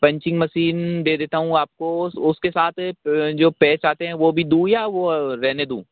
punching machine दे देता हूँ आपको उसके साथ जो पैर्स आते हैं वो भी दूँ या वो रहने दूँ